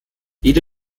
jede